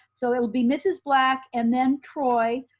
so it will be mrs. black and then troy.